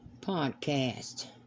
Podcast